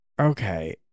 Okay